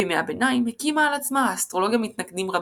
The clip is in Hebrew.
בימי הביניים הקימה על עצמה האסטרולוגיה מתנגדים רבים,